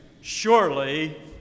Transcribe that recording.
Surely